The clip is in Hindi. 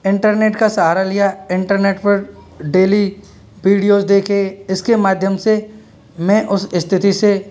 इंटरनेट का सहारा लिया इंटरनेट पर डेली वीडियोज देखे इसके माध्यम से मैं उस स्थिति से